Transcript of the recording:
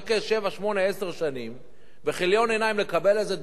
עשר שנים בכיליון עיניים לקבל איזו דירה עלובה של "עמידר",